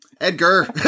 Edgar